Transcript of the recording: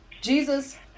Jesus